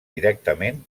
directament